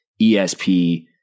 ESP